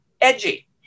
edgy